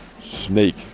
snake